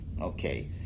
okay